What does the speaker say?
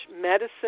medicine